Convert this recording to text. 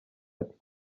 ati